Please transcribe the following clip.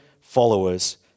followers